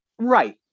Right